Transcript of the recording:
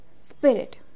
Spirit